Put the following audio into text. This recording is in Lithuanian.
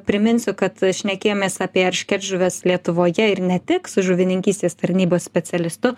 priminsiu kad šnekėjomės apie eršketžuves lietuvoje ir ne tik su žuvininkystės tarnybos specialistu